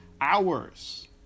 hours